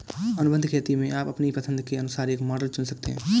अनुबंध खेती में आप अपनी पसंद के अनुसार एक मॉडल चुन सकते हैं